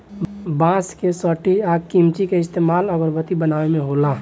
बांस के सठी आ किमची के इस्तमाल अगरबत्ती बनावे मे होला